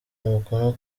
umukono